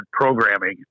programming